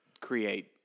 create